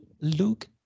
Luke